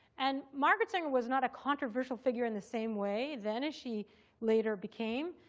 and margaret sanger was not a controversial figure in the same way then as she later became.